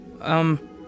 Um